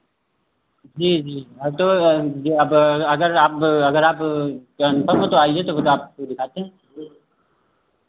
जी जी तो ये अब अगर आप अगर आप कंफर्म हो तो आइए तो फिर आपको दिखाते हैं